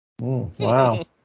Wow